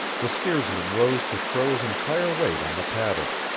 the steersman rose to throw his entire weight on the paddle.